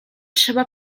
trzeba